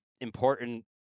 important